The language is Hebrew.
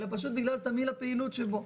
אלא פשוט בגלל תמהיל הפעילות שבו.